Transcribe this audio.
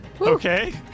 Okay